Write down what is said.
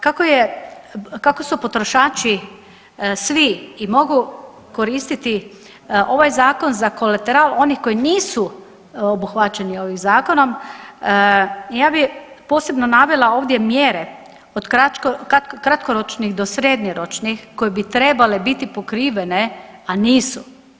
Kako su potrošači svi i mogu koristiti ovaj zakon za kolateral oni koji nisu obuhvaćeni ovim zakonom ja bi posebno navela ovdje mjere od kratkoročnih do srednjoročnih koje bi trebale biti pokrivene, a nisu.